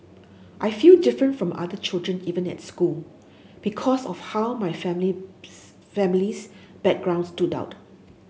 I feel different from other children even at school because of how my family's families background stood out